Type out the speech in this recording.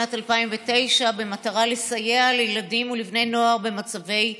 בשנת 2009 במטרה לסייע לילדים ולבני נוער במצבי קיצון.